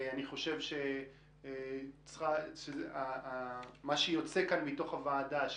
אני חושב שמה שיוצא כאן מתוך הוועדה הוא